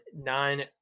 nine